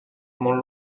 molt